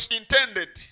intended